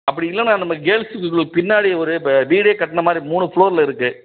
அப்படி இல்லைன்னா நம்ம கேர்ள்ஸு ஸ்கூல் பின்னாடி ஒரு ப வீடே கட்டினா மாதிரி மூணு ஃப்ளோரில் இருக்குது